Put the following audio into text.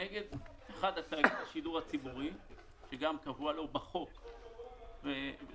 אחד כנגד תאגיד השידור הציבורי שגם קבוע לו בחוק ושוב,